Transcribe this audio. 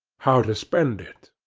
how to spend it.